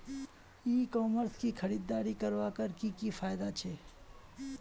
ई commerce से खरीदारी करवार की की फायदा छे?